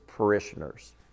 parishioners